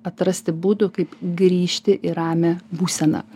atrasti būdų kaip grįžti į ramią būseną